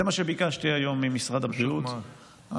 זה מה שביקשתי היום ממשרד הבריאות.